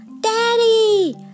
Daddy